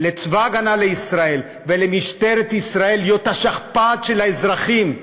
לצבא ההגנה לישראל ולמשטרת ישראל להיות השכפ"ץ של האזרחים,